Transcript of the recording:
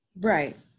Right